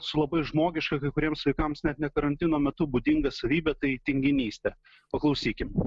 su labai žmogiška kai kuriems vaikams net ne karantino metu būdinga savybė tai tinginyste paklausykim